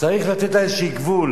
צריך לתת לה איזה גבול,